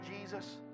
Jesus